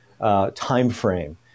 timeframe